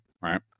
right